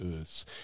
earth